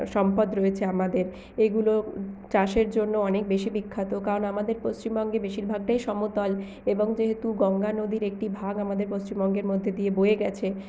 সম্পদ রয়েছে আমাদের এগুলো চাষের জন্য অনেক বেশি বিখ্যাত কারণ আমাদের পশ্চিমবঙ্গে বেশিরভাগটাই সমতল এবং যেহেতু গঙ্গা নদীর একটি ভাগ আমাদের পশ্চিমবঙ্গের মধ্যে দিয়ে বয়ে গেছে